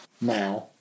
now